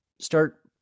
start